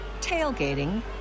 tailgating